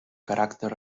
caràcter